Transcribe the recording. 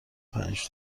پنج